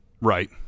Right